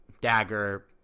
dagger